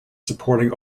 supporting